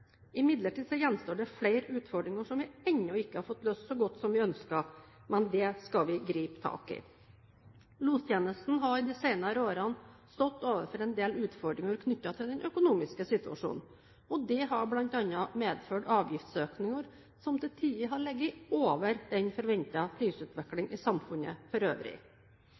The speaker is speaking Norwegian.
Imidlertid gjenstår det flere utfordringer som vi ennå ikke har fått løst så godt som vi ønsker. Men dette skal vi gripe tak i. Lostjenesten har i de senere årene stått overfor en del utfordringer knyttet til den økonomiske situasjonen. Det har bl.a. medført avgiftsøkninger som til tider har ligget over den forventede prisutvikling i samfunnet for øvrig.